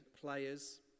players